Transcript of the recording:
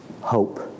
hope